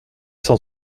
cent